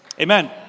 amen